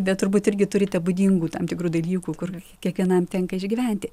bet turbūt irgi turite būdingų tam tikrų dalykų kur kiekvienam tenka išgyventi